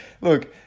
Look